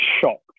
shocked